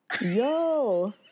Yo